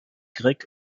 grec